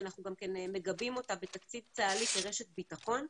שאנחנו גם כן מגבים אותה בתקציב צה"לי כרשת ביטחון,